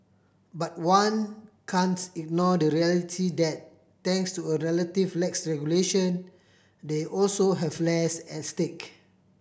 but one can't ignore the reality that thanks to a relative lax regulation they also have less at stake